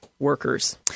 workers